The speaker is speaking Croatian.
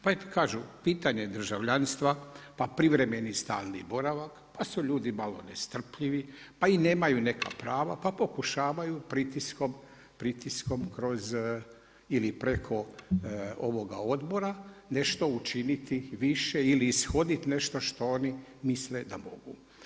Pa je kažu pitanje državljanstva, pa privremeni i stalni boravak, pa su ljudi malo nestrpljivi, pa i nemaju neka prava, pa pokušavaju pritiskom kroz, ili preko ovoga odbora nešto učiniti više ili ishoditi nešto što oni misle da mogu.